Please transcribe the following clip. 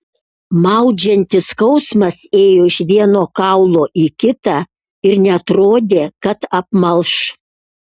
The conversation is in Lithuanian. maudžiantis skausmas ėjo iš vieno kaulo į kitą ir neatrodė kad apmalš